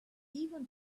even